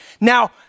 Now